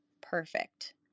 Perfect